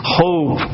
hope